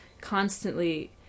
constantly